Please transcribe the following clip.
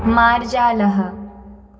मार्जारः